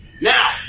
Now